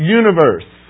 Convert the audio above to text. universe